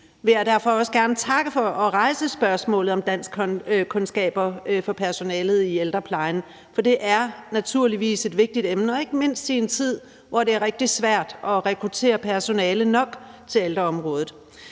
jeg derfor også gerne takke for at rejse spørgsmålet om danskkundskaber for personalet i ældreplejen, for det er naturligvis et vigtigt emne, ikke mindst i en tid, hvor det er rigtig svært at rekruttere personale nok til ældreområdet.